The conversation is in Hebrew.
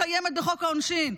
קיימת בחוק העונשין,